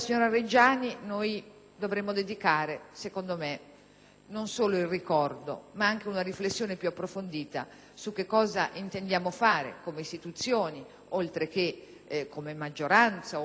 non solo un ricordo, ma anche una riflessione approfondita su cosa intendiamo fare come istituzioni (oltre che come maggioranza e opposizione e come Governo), ma soprattutto come